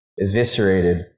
eviscerated